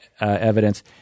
evidence